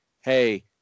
hey